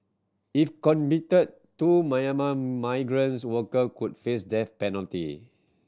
if convicted two Myanmar migrants worker could face death penalty